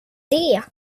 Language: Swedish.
det